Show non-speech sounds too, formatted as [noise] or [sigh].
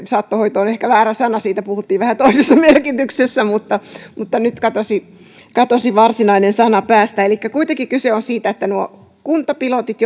saattohoito on ehkä väärä sana siitä puhuttiin vähän toisessa merkityksessä mutta mutta nyt katosi katosi varsinainen sana päästä kuitenkin kyse on siitä että nuo kuntapilotit [unintelligible]